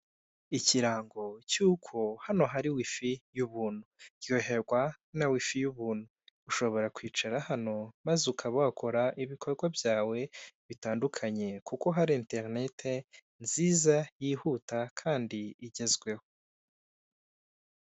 Ikirango cy'uko hano hari wifi y'ubuntu, ryoherwa na wifi y'ubuntu, ushobora kwicara hano maze ukabo wakora ibikorwa byawe bitandukanye kuko hari interinete nziza yihuta kandi igezweho.